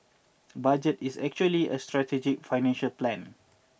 budget is actually a strategy financial plan